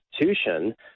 institution